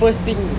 first thing